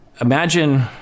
imagine